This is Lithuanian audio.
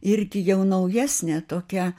irgi jau naujesnė tokia